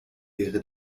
wäre